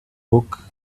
book